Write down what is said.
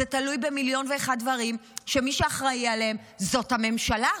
זה תלוי במיליון ואחד דברים שמי שאחראי עליהם זאת הממשלה.